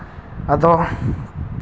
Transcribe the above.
ᱟᱫᱚ